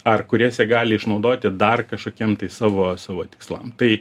ar kurias jie gali išnaudoti dar kažkokiem savo savo tikslam tai